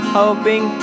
hoping